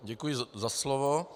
Děkuji za slovo.